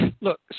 Look